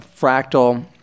Fractal